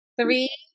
Three